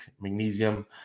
magnesium